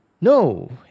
No